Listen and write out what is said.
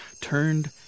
turned